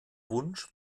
wunsch